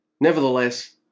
nevertheless